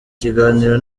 kiganiro